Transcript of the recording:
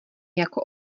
jako